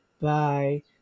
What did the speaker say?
bye